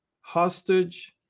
hostage